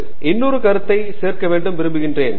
டங்கிராலா இன்னொரு கருத்தை சேர்க்க வேண்டும் விரும்புகிறேன்